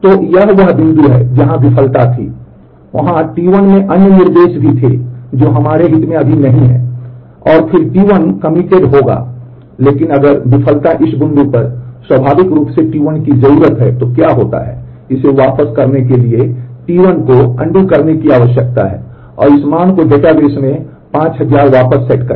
तो यह वह बिंदु है जहां विफलता थी वहां T1 में अन्य निर्देश भी थे जो अभी हमारे हित में नहीं है और फिर T1 कमिटेड होगा लेकिन अगर विफलता इस बिंदु पर स्वाभाविक रूप से T1 की जरूरत है तो क्या होता है इसे वापस करने के लिए T1 को पूर्ववत करने की आवश्यकता है और इस मान को डेटाबेस में 5000 वापस सेट करें